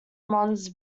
mons